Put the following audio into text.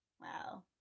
Wow